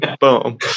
Boom